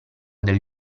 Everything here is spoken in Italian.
del